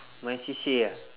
my C_C_A ah